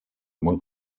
man